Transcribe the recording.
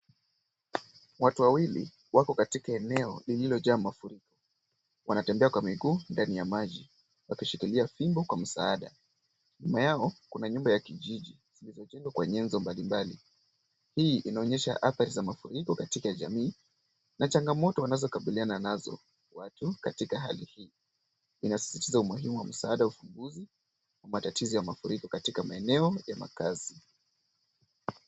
Watu wawili wako eneo lililojaa mafuriko. Wanatembea kwa miguu ndani ya maji wakishikilia fimbo kwa msaada. Nyuma yao kuna nyumba ya kijiji zilizojengwa kwa nyenzo mbalimbali. Hii inaonyesha athari za mafuriko katika jamii, na changamoto wanazokabiliana nazo watu katika hali hii. Inasisitiza umuhimu wa msaada ufunguzi wa matatizo ya mafuriko katika maeneo ya makaazi.